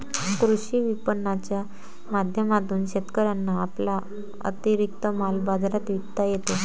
कृषी विपणनाच्या माध्यमातून शेतकऱ्यांना आपला अतिरिक्त माल बाजारात विकता येतो